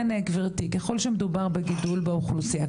ככל שמדובר בגידול באוכלוסייה,